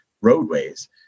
roadways